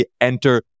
enter